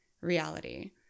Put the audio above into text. reality